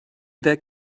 that